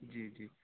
جی جی